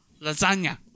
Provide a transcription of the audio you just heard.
Lasagna